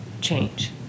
change